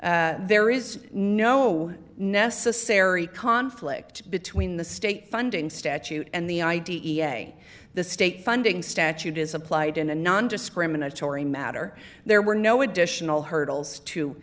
that there is no necessary conflict between the state funding statute and the i d e a the state funding statute is applied in a nondiscriminatory matter there were no additional hurdles to